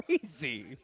crazy